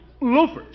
Loafers